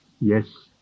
yes